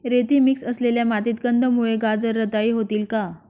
रेती मिक्स असलेल्या मातीत कंदमुळे, गाजर रताळी होतील का?